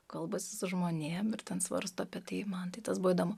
kalbasi su žmonėm ir ten svarsto apie tai man tai tas buvo įdomu